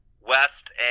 West